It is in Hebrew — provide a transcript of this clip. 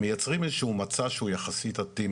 מיצרים איזה שהוא מצע שהוא יחסית אטים